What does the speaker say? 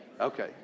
Okay